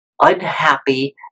unhappy